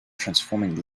transforming